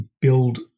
Build